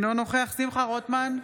אינו נוכח שמחה רוטמן,